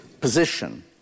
position